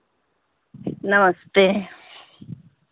नमस्ते